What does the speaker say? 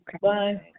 Bye